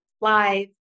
live